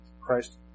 Christ